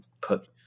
put